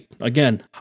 again